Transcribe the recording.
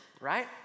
right